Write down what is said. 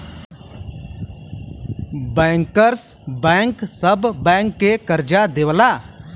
bankers bank सब bank के करजा देवला